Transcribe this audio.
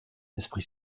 esprit